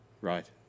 Right